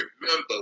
remember